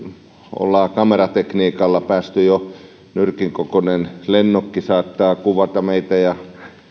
ollaan kameratekniikalla päästy jo siihen että nyrkin kokoinen lennokki saattaa kuvata meitä ja